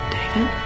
David